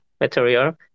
material